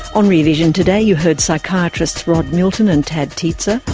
on rear vision today you heard psychiatrists rod milton and tad tietze,